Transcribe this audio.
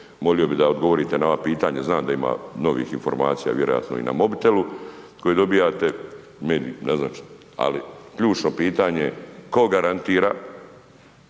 molio bi da odgovorite na ova pitanja, znam da ima novih informacija, vjerojatno i na mobitelu koje dobivate, mediji ne znam, ali ključno pitanje, tko garantira